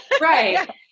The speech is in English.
Right